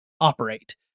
operate